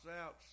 out